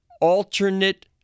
alternate